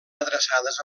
adreçades